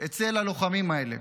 אצל הלוחמים האלה.